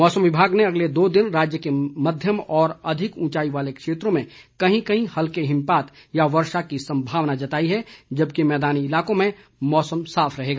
मौसम विभाग ने अगले दो दिन राज्य के मध्यम और अधिक ऊंचाई वाले क्षेत्रों में कहीं कहीं हल्के हिमपात या वर्षा की संभावना जताई है जबकि मैदानी इलाकों में मौसम साफ रहेगा